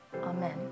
Amen